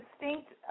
distinct